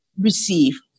receive